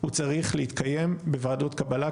הוא צריך להתקיים בוועדות קבלה,